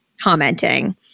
commenting